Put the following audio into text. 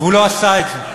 והוא לא עשה את זה.